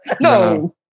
no